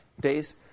days